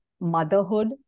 motherhood